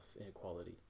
inequality